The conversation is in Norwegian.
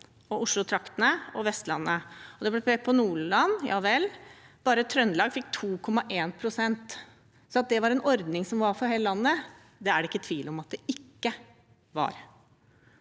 Oslo-traktene og Vestlandet. Det ble pekt på Nordland, ja vel. Trøndelag fikk bare 2,1 pst. Så at det var en ordning som var for hele landet – det er det ikke tvil om at det ikke var.